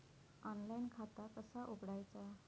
Online खाता कसा उघडायचा?